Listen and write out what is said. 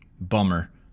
bummer